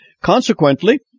Consequently